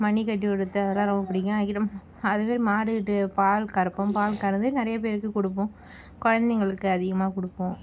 மணி கட்டி விடுவது அதெல்லாம் ரொம்ப பிடிக்கும் அதுவே மாடு கிட்டே பால் கறப்போம் பால் கறந்து நிறைய பேருக்கு கொடுப்போம் குழந்தைங்களுக்கு அதிகமாக கொடுப்போம்